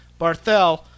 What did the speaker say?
Barthel